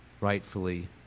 rightfully